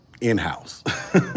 in-house